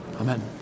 Amen